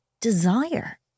desire